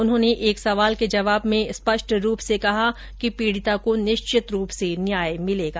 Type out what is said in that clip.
उन्होंने एक सवाल के जवाब में स्पष्ट रूप से कहा कि पीडिता को निश्चित रूप से न्याय मिलेगा